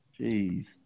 Jeez